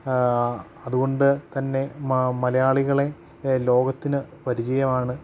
അതുകൊണ്ടു തന്നെ മലയാളികളെ ലോകത്തിനു പരിചയമാണ്